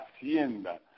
hacienda